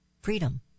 Freedom